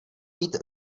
být